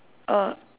uh